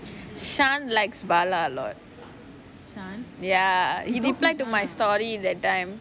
shan likes bala a lot ya he replied to my story that time